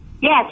Yes